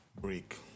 break